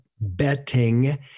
betting